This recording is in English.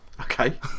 Okay